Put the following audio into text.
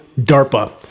DARPA